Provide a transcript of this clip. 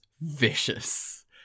vicious